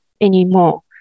anymore